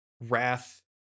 wrath